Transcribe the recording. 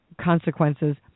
consequences